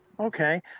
Okay